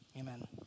Amen